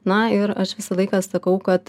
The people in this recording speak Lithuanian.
na ir aš visą laiką sakau kad